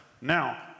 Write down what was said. now